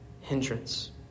hindrance